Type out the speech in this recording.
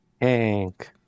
Hank